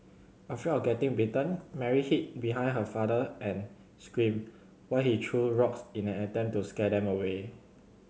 afraid of getting bitten Mary hid behind her father and screamed while he threw rocks in an attempt to scare them away